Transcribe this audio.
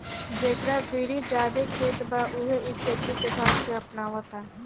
जेकरा भीरी ज्यादे खेत बा उहे इ खेती के ढंग के अपनावता